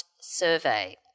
survey